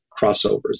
crossovers